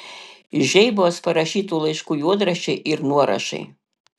žeibos parašytų laiškų juodraščiai ir nuorašai